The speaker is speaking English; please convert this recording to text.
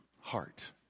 heart